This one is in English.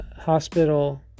Hospital